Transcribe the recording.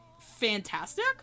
fantastic